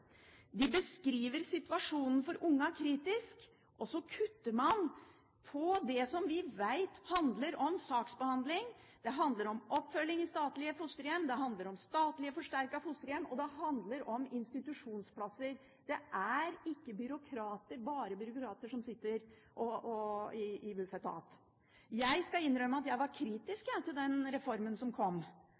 de ikke å høre. De beskriver situasjonen for ungene som kritisk – og så kutter man på det vi vet handler om saksbehandling, om oppfølging i statlige fosterhjem, om statlige forsterkede fosterhjem og om institusjonsplasser. Det er ikke bare byråkrater som sitter i Bufetat. Jeg skal innrømme at jeg var kritisk til den reformen som kom,